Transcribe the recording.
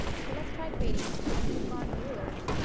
so let's try creating one. you are going to click on new alert.